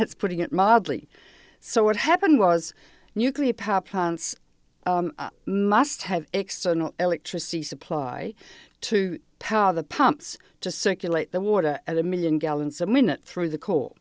that's putting it mildly so what happened was nuclear power plants must have external electricity supply to power the pumps to circulate the water at a million gallons a minute through the co